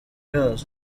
yazo